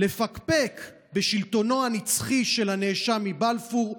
לפקפק בשלטונו הנצחי של הנאשם מבלפור,